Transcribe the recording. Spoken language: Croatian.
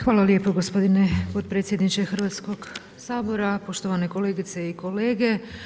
Hvala lijepo gospodine potpredsjedniče Hrvatskog sabora, poštovane kolegice i kolege.